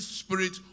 spirit